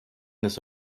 this